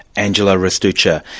angela restuccia,